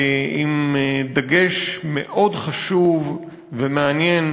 עם דגש מאוד חשוב ומעניין